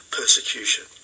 persecution